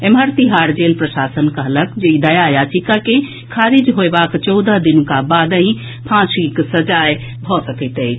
एम्हर तिहाड़ जेल प्रशासन कहलक अछि जे दया याचिका के खारिज होएबाक चौदह दिनक बादहि फांसीक सजाए भऽ सकैत अछि